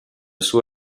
suo